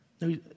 No